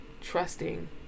trusting